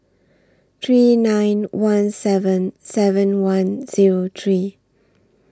three nine one seven seven one Zero three